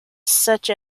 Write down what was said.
such